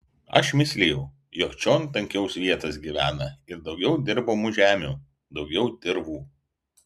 aš mislijau jog čion tankiau svietas gyvena ir daugiau dirbamų žemių daugiau dirvų